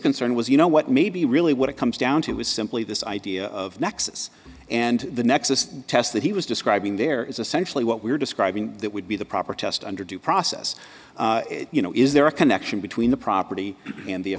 concern was you know what maybe really what it comes down to is simply this idea of nexus and the nexus test that he was describing there is essential what we're describing that would be the proper test under due process you know is there a connection between the property and the